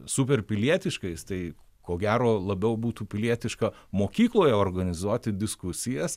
superpilietiškais tai ko gero labiau būtų pilietiška mokykloje organizuoti diskusijas